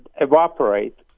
Evaporate